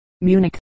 Munich